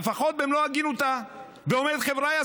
ולפחות במלוא הגינותה אומרת: חבריא,